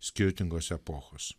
skirtingos epochos